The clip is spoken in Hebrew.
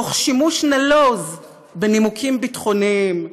תוך שימוש נלוז בנימוקים ביטחוניים,